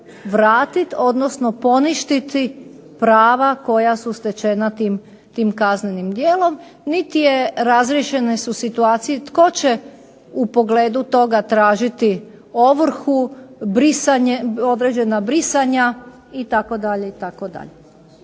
vratiti, odnosno poništiti prava koja su stečena tim kaznenim djelom, niti je razriješene su situacije tko će u pogledu toga tražiti ovrhu, određena brisanja, itd., itd.